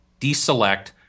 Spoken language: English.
deselect